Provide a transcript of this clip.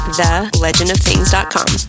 thelegendofthings.com